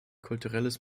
kulturelles